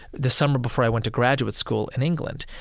the summer before i went to graduate school in england.